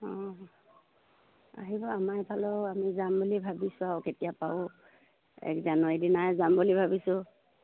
অঁ আহিব আমাৰ ইফালেও আমি যাম বুলি ভাবিছোঁ আৰু কেতিয়া পাৰোঁ এক জানুৱাৰী দিনাই যাম বুলি ভাবিছোঁ